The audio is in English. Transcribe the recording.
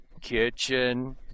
kitchen